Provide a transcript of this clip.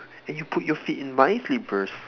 and you put your feet in my slippers